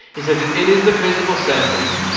he says that it is the physical senses,